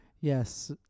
Yes